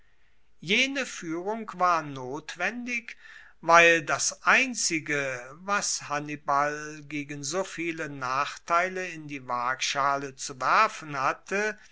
jene fuehrung war notwendig weil das einzige was hannibal gegen so viele nachteile in die waagschale zu werfen hatte